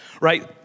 right